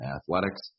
athletics